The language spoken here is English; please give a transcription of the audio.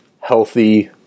healthy